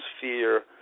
fear